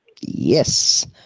Yes